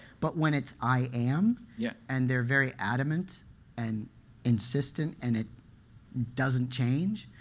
but when it's i am, yeah and they're very adamant and insistent, and it doesn't change?